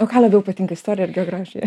o ką labiau patinka istorija ar geografija